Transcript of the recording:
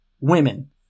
women